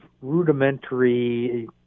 rudimentary